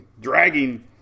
dragging